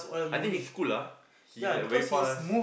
I think he's cool ah he like very fast